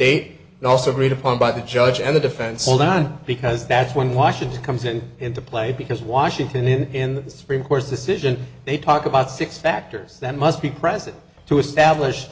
and also agreed upon by the judge and the defense all the time because that's when washington comes in into play because washington in the supreme court's decision they talk about six factors that must be present to establish